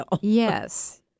Yes